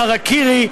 "חרקירי",